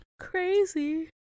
Crazy